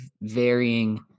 varying